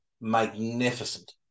magnificent